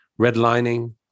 redlining